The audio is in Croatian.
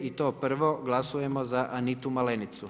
I to prvo glasujemo za Anitu Malenicu.